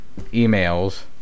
emails